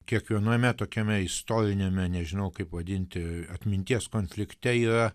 kiekviename tokiame istoriniame nežinau kaip vadinti atminties konflikte yra